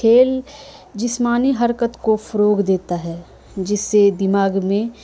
کھیل جسمانی حرکت کو فروغ دیتا ہے جس سے دماغ میں